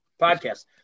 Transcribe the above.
podcast